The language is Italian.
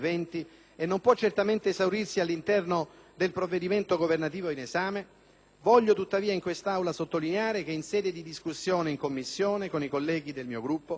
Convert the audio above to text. voglio tuttavia in questa Aula sottolineare che, in sede di discussione in Commissione, con i colleghi del mio Gruppo abbiamo apprezzato e condiviso alcune proposte emendative della maggioranza.